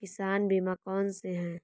किसान बीमा कौनसे हैं?